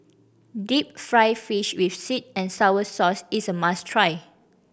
deep fried fish with sweet and sour sauce is a must try